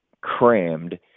crammed